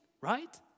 right